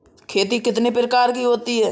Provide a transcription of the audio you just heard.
खेती कितने प्रकार की होती है?